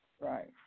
right